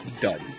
done